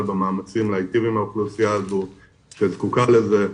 במאמצים להיטיב עם האוכלוסייה הזו שזקוקה לזה,